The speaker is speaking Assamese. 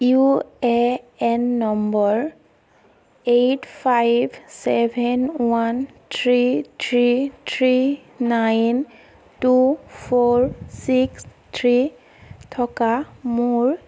ইউ এ এন নম্বৰ আঠ পাঁচ সাত এক তিনি তিনি তিনি ন দুই চাৰি ছয় তিনি থকা মোৰ